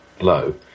low